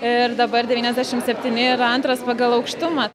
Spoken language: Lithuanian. ir dabar devyniasdešim septyni yra antras pagal aukštumą